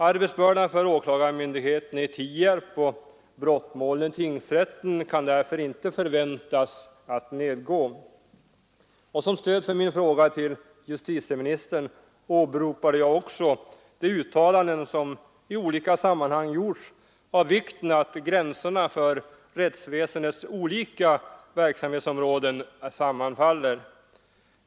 Arbetsbördan för åklagarmyndigheten i Tierp och antalet brottmål i tingsrätten kan därför inte förväntas nedgå. Som stöd för min fråga till justitieministern åberopade jag också de uttalanden som i olika sammanhang gjorts om vikten av att gränserna för rättsväsendets olika verksamhetsområden sammanfaller.